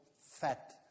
fat